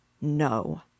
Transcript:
No